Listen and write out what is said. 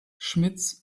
schmitz